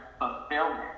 fulfillment